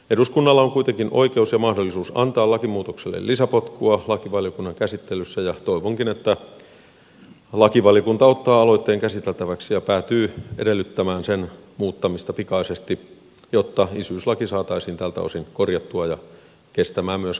eduskunnalla on kuitenkin oikeus ja mahdollisuus antaa lakimuutokselle lisäpotkua lakivaliokunnan käsittelyssä ja toivonkin että lakivaliokunta ottaa aloitteen käsiteltäväksi ja päätyy edellyttämään sen muuttamista pikaisesti jotta isyyslaki saataisiin tältä osin korjattua ja kestämään myös kansainvälistä tarkastelua